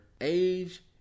age